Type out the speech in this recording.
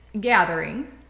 gathering